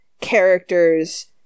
characters